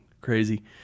Crazy